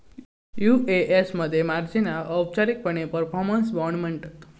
UAS मध्ये मार्जिनाक औपचारिकपणे परफॉर्मन्स बाँड म्हणतत